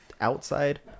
outside